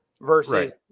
versus